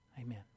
Amen